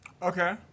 Okay